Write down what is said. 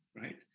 right